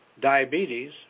diabetes